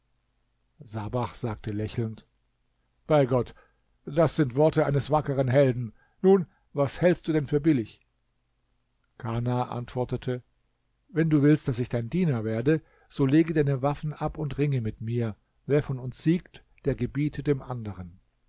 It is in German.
sabach sagte lächelnd bei gott das sind worte eines wackeren helden nun was hältst du denn für billig kana antwortete wenn du willst daß ich dein diener werde so lege deine waffen ab und ringe mit mir wer von uns siegt der gebiete dem andern